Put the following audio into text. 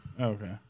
Okay